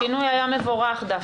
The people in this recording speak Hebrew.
השינוי היה מבורך דווקא.